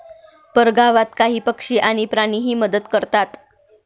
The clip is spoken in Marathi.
परगावात काही पक्षी आणि प्राणीही मदत करतात